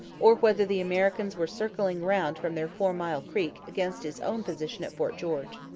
or whether the americans were circling round from their four mile creek against his own position at fort george.